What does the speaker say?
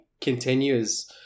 continues